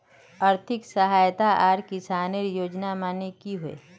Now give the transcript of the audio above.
आर्थिक सहायता आर किसानेर योजना माने की होय?